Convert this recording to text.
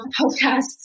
podcasts